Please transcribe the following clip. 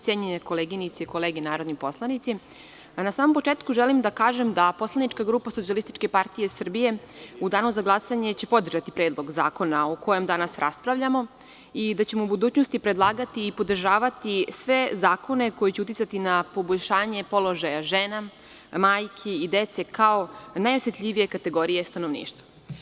Cenjene koleginice i kolege narodni poslanici, na samom početku želim da kažem da poslanička grupa SPS u danu glasanje će podržati Predlog zakona o kojem danas raspravljamo i da ćemo u budućnosti predlagati i podržavati sve zakone koji će uticati na poboljšanje položaja žena, majki i dece, kao najosetljivije kategorije stanovništva.